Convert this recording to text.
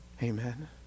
amen